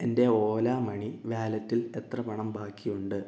എൻ്റെ ഓലാ മണി വാലെറ്റിൽ എത്ര പണം ബാക്കിയുണ്ട്